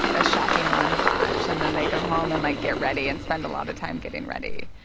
a shopping montage. and then they go home and, like, get ready and spend a lot of time getting ready.